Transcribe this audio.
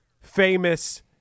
famous